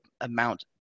amount